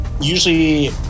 usually